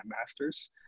masters